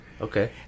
Okay